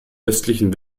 östlichen